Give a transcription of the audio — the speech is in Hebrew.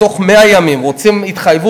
בתוך 100 ימים, רוצים התחייבות?